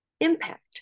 Impact